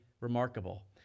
remarkable